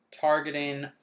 targeting